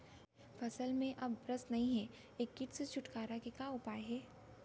फसल में अब रस नही हे ये किट से छुटकारा के उपाय का हे?